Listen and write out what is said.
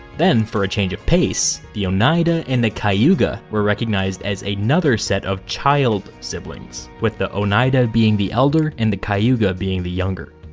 then, for a change of pace, the oneida and the cayuga were recognized as another set of child-siblings, with the oneida being the elder and the cayuga being the younger.